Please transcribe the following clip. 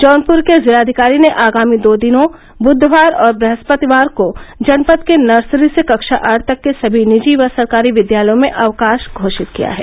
जौनपुर के जिलाधिकारी ने आगामी दो दिनों बुधवार और बुहस्पतिवार को जनपद के नर्सरी से कक्षा आठ तक के सभी ॅनिजी व सरकारी विद्यालयों में अवकाश घोषित किया है